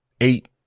eight